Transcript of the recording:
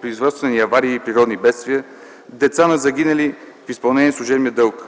производствени аварии и природни бедствия, деца на загинали при изпълнение на служебния дълг,